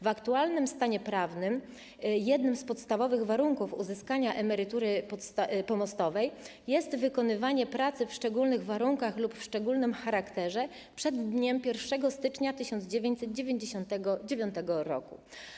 W aktualnym stanie prawnym jednym z podstawowych warunków uzyskania emerytury pomostowej jest wykonywanie pracy w szczególnych warunkach lub o szczególnym charakterze przed dniem 1 stycznia 1999 r.